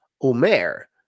Omer